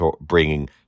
bringing